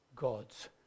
God's